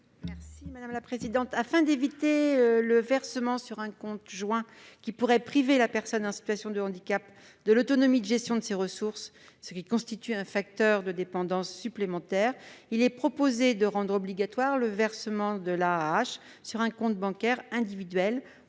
Mme Michelle Meunier. Afin d'éviter le versement sur un compte joint, qui pourrait priver la personne en situation de handicap de l'autonomie de gestion de ses ressources, ce qui constitue un facteur de dépendance supplémentaire, il est proposé de rendre obligatoire le versement de l'AAH sur un compte bancaire individuel